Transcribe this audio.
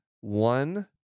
one